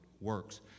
works